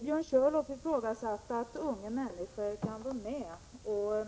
Björn Körlof ifrågasatte att yngre människor kan vara med och